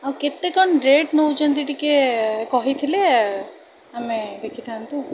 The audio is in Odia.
ଆଉ କେତେ କ'ଣ ରେଟ୍ ନେଉଛନ୍ତି ଟିକିଏ କହିଥିଲେ ଆମେ ଦେଖିଥାନ୍ତୁ